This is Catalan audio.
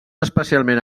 especialment